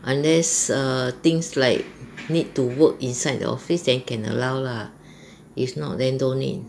unless err things like need to work inside the office then can allow lah if not then don't need